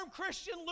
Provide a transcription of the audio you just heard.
Christian